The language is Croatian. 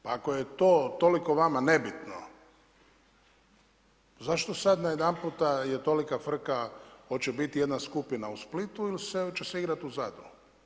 Pa ako je to toliko vama nebitno zašto sada na jedanput je tolika frka hoće li biti jedna skupina u Splitu ili će se igrati u Zadru?